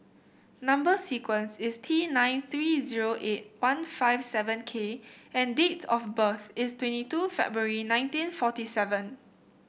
number sequence is T nine three zero eight one five seven K and date of birth is twenty two February nineteen forty seven